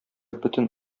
бөтен